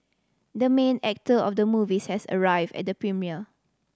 the main actor of the movie says arrived at the premiere